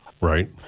Right